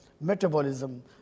metabolism